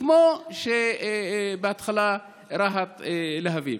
כמו שבהתחלה היה "רהט-להבים"?